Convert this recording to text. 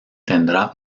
tendrá